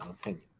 opinion